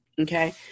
okay